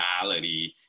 reality